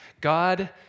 God